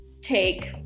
take